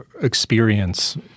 experience